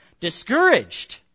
discouraged